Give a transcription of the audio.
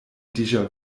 déjà